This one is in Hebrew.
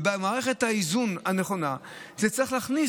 ובמערכת האיזונים הנכונה זה צריך להיכנס